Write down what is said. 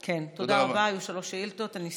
כן, תודה רבה, היו שלוש שאילתות, הן הסתיימו.